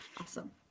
Awesome